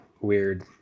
weird